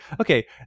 Okay